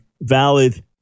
valid